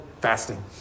fasting